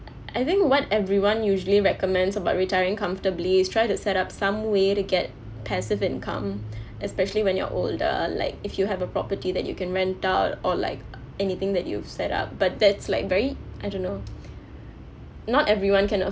I think what everyone usually recommends about retiring comfortably is try to set up some way to get passive income especially when you're older like if you have a property that you can rent out or like anything that you've set up but that's like very I don't know not everyone can